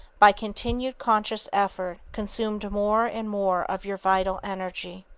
by continued conscious effort, consumed more and more of your vital energy.